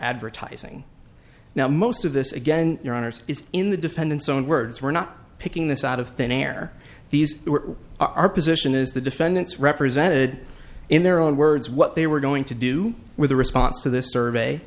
advertising now most of this again your honour's is in the defendant's own words we're not picking this out of thin air these were our position is the defendants represented in their own words what they were going to do with the response to this survey